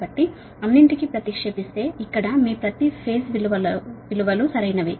కాబట్టి అన్నింటికి ప్రతిక్షేపిస్తే ఇక్కడ మీ ప్రతి ఫేజ్ విలువ లు సరైనవి